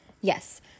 yes